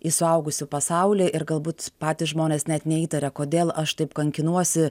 į suaugusių pasaulį ir galbūt patys žmonės net neįtaria kodėl aš taip kankinuosi